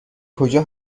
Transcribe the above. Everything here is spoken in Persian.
کجا